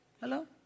Hello